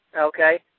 okay